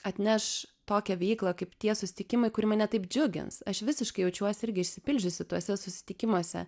atneš tokią veiklą kaip tie susitikimai kurie mane taip džiugins aš visiškai jaučiuosi irgi išsipildžiusi tuose susitikimuose